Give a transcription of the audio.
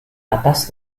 atas